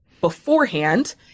beforehand